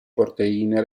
proteine